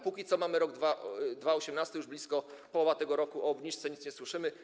Póki co mamy rok 2018, już blisko połowa tego roku, o obniżce nic nie słyszymy.